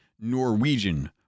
Norwegian